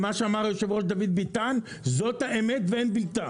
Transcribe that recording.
ומה שאמר היושב ראש דוד ביטן זאת האמת ואין בילתה.